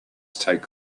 take